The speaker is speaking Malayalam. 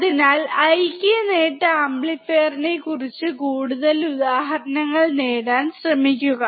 അതിനാൽ ഐക്യ നേട്ട ആംപ്ലിഫയറിനെക്കുറിച്ച് കൂടുതൽ ഉദാഹരണങ്ങൾ നേടാൻ ശ്രമിക്കുക